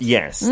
Yes